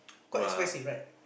quite expensive right